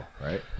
right